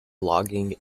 logging